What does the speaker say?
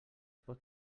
pot